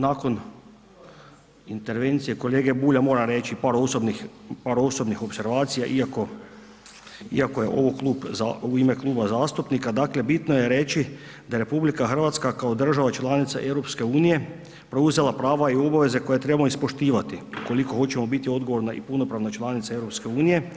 Nakon intervencije kolege Bulja moram reći par osobnih opservacija iako je ovo klub u ime kluba zastupnika, dakle bitno je reći da RH kao država članica EU preuzela prava i obaveze koje trebamo ispoštivati ukoliko hoćemo bit odgovorna i punopravna članica EU.